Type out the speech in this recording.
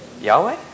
Yahweh